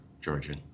Georgian